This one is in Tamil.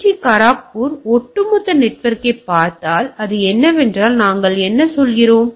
டி கரக்பூர் ஒட்டுமொத்த நெட்வொர்க்கைப் பார்த்தால் அது என்னவென்றால் நாங்கள் என்ன சொல்கிறோம்